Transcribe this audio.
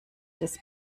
des